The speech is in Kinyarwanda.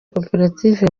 koperative